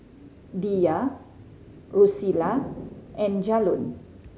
Diya Drusilla and Jalon